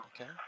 okay